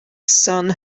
sun